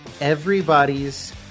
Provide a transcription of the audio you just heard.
everybody's